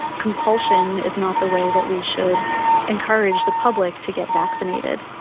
compulsion is not the way that we should encourage the public to get vaccinated.